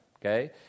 okay